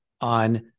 on